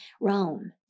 Rome